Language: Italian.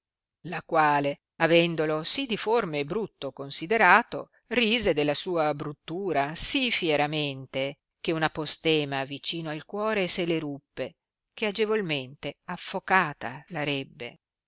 la quale avendolo si diforme e brutto considerato rise della sua bruttura sì fieramente che una postema vicina al cuore se le ruppe che agevolmente affocata la arebbe